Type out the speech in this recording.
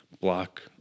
block